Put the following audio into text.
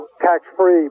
tax-free